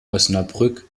osnabrück